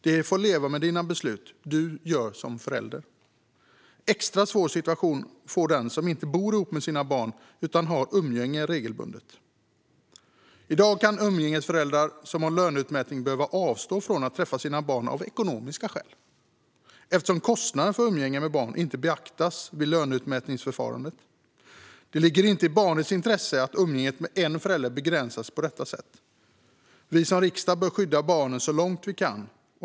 De får leva med de beslut du tar som förälder. En extra svår situation blir det för den som inte bor ihop med sina barn utan har umgänge regelbundet. I dag kan umgängesföräldrar som har löneutmätning behöva avstå från att träffa sina barn av ekonomiska skäl eftersom kostnader för umgänge med barn inte beaktas vid löneutmätningsförfarandet. Det ligger inte i barnets intresse att umgänget med en förälder begränsas på detta sätt. Vi som riksdag bör skydda barnen så långt vi kan.